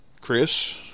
Chris